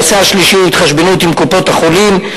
הנושא השלישי הוא ההתחשבנות עם קופות-החולים.